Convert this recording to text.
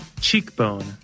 Cheekbone